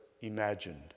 imagined